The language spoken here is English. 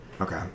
Okay